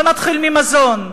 בוא נתחיל ממזון,